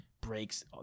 breaks